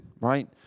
right